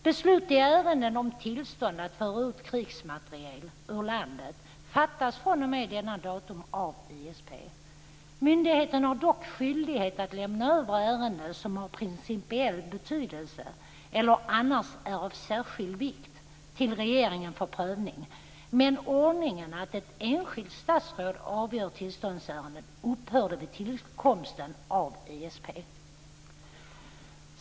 Beslut i ärenden om tillstånd att föra ut krigsmateriel ur landet fattas fr.o.m. detta datum av ISP. Myndigheten har dock skyldighet att lämna över ärenden som har principiell betydelse eller som annars är av särskild vikt till regeringen för prövning. Ordningen att ett enskilt statsråd avgör tillståndsärenden upphörde vid tillkomsten av ISP.